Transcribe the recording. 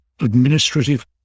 administrative